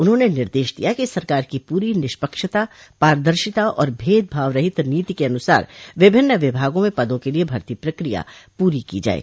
उन्होंने निर्देश दिया कि सरकार की पूरी निष्पक्षता पारदर्शिता और भेदभाव रहित नीति के अनुसार विभिन्न विभागों में पदों के लिये भर्ती प्रक्रिया पूरी की जाये